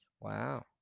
Wow